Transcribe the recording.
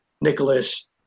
Nicholas